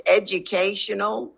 educational